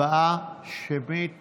הצבעה שמית